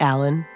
Alan